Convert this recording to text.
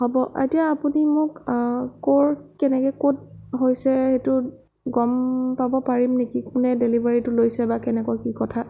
হ'ব এতিয়া আপুনি মোক ক'ৰ কেনেকৈ ক'ত হৈছে সেইটো গম পাব পাৰিম নেকি কোনে ডেলিভাৰীটো লৈছে বা কেনেকুৱা কি কথা